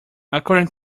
according